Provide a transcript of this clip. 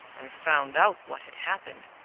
and found out what had happened,